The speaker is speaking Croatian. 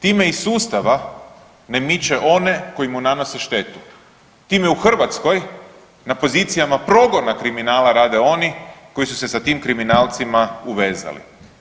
Time iz sustava ne miče one koji mu nanose štetu, time u Hrvatskoj na pozicijama progona kriminala rade oni koji su se sa tim kriminalcima uvezali.